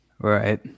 right